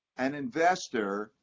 an investor